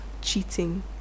cheating